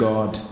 God